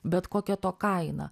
bet kokia to kaina